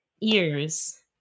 ears